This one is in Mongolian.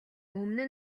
өмнө